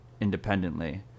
independently